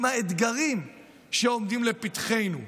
עם האתגרים שעומדים לפתחנו,